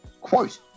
Quote